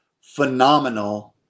phenomenal